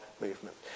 movement